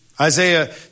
Isaiah